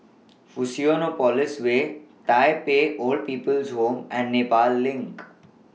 Fusionopolis Way Tai Pei Old People's Home and Nepal LINK